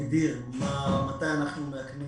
שמגדיר מתי אנחנו מאכנים